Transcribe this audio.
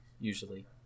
usually